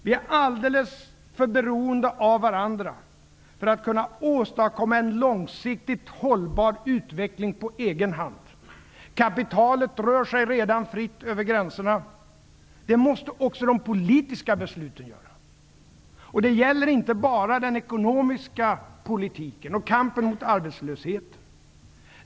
Vi är alldeles för beroende av varandra för att kunna åstadkomma en långsiktigt hållbar utveckling på egen hand. Kapitalet rör sig redan fritt över gränserna, och det måste också de politiska besluten göra. Det gäller inte bara den ekonomiska politiken och kampen mot arbetslösheten.